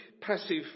passive